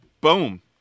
Boom